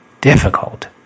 difficult